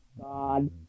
God